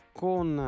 con